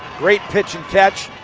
great pitch and catch.